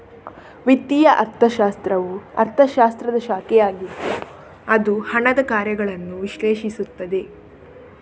ವಿತ್ತೀಯ ಅರ್ಥಶಾಸ್ತ್ರವು ಅರ್ಥಶಾಸ್ತ್ರದ ಶಾಖೆಯಾಗಿದ್ದು ಅದು ಹಣದ ಕಾರ್ಯಗಳನ್ನು ವಿಶ್ಲೇಷಿಸುತ್ತದೆ